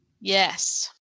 Yes